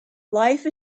life